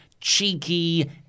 cheeky